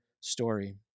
story